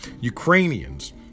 Ukrainians